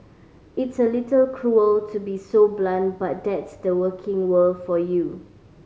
it's a little cruel to be so blunt but that's the working world for you